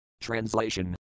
Translation